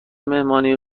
مهمانی